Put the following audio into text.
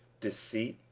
deceit,